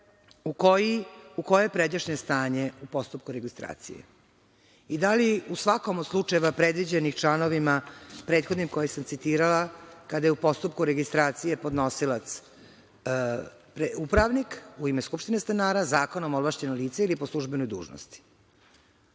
u koje pređašnje stanje u postupku registracije? Da li u svakom od slučajeva predviđenih članovima prethodnim koje sam citirala, kada je u postupku registracije podnosilac upravnik u ime skupštine stanara, zakonom ovlašćeno lice ili po službenoj dužnosti? Ovaj